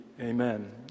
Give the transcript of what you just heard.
Amen